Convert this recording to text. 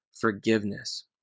forgiveness